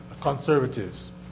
conservatives